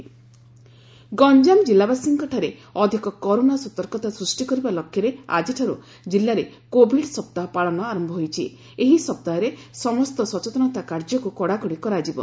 Covid ସପ୍ତାହ ପାଳନ ଗଞାମ ଜିଲ୍ଲାବାସୀଙ୍କଠାରେ ଅଧିକ କରୋନା ସତର୍କତା ସୃଷ୍ଟି କରିବା ଲକ୍ଷ୍ୟରେ ଆକିଠାରୁ ଜିଲ୍ଲାରେ କୋଭିଡ୍ ସପ୍ତାହ ପାଳନ ଆର ଏହି ସପ୍ତାହରେ ସମସ୍ତ ସଚେତନତା କାର୍ଯ୍ୟକୁ କଡ଼ାକଡ଼ି କରାଯିବ